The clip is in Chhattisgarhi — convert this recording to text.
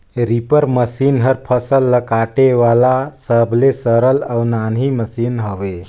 रीपर मसीन हर फसल ल काटे वाला सबले नान्ही अउ सरल मसीन हवे